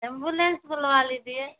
ambulance बुलवा लीजिए